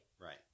right